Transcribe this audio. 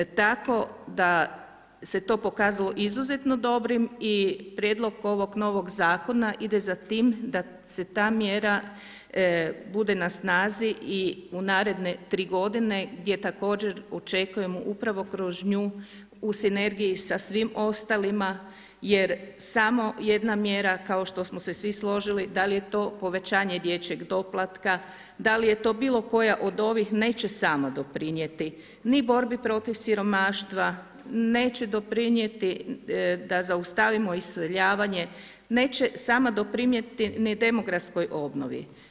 Tako da se to pokazalo izuzetno dobrim i prijedlog ovog novog zakona ide za tim da ta mjera bude na snazi i u naredne tri godine gdje također očekujemo upravo kroz nju u sinergiji sa svim ostalima jer samo jedna mjera kao što smo se svi složili, da li je to povećanje dječjeg doplatka, da li je to bilo koja od ovih neće sama doprinijeti ni borbi protiv siromaštva, neće doprinijeti da zaustavimo iseljavanje, neće sama doprinijeti ni demografskoj obnovi.